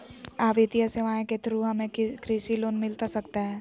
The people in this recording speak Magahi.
आ वित्तीय सेवाएं के थ्रू हमें कृषि लोन मिलता सकता है?